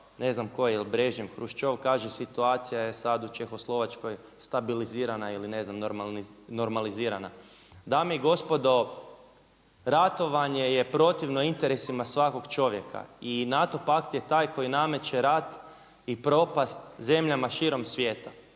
ne znam tko Brežnjev, Hruščov kaže situacija je sad u Čehoslovačkoj stabilizirana ili ne znam normalizirana. Dame i gospodo, ratovanje je protivno interesima svakog čovjeka i NATO pakt je taj koji nameće rat i propast zemljama širom svijeta